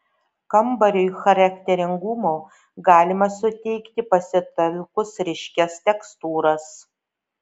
kambariui charakteringumo galima suteikti pasitelkus ryškias tekstūras